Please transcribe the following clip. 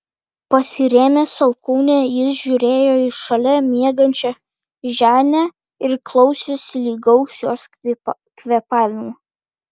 pasirėmęs alkūne jis žiūrėjo į šalia miegančią ženią ir klausėsi lygaus jos kvėpavimo